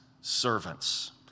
servants